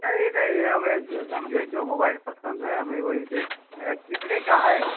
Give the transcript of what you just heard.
नहीं नहीं हमें यही जो मोबाइल पसंद है हमें वही जे कितने का है